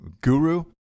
guru